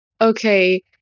okay